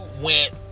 went